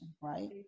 right